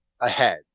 ahead